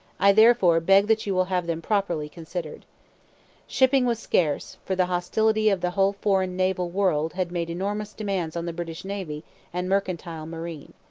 i therefore beg that you will have them properly considered shipping was scarce for the hostility of the whole foreign naval world had made enormous demands on the british navy and mercantile marine.